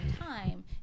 time